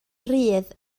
rhydd